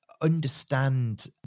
understand